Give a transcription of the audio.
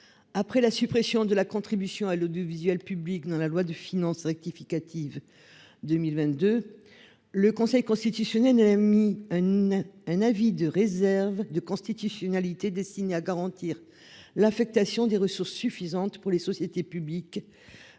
Après la suppression de la contribution à l'audiovisuel public dans la loi de finances rectificative 2022 le Conseil constitutionnel mis une. Un avis de réserve de constitutionnalité destiné à garantir l'affectation des ressources suffisantes pour les sociétés publiques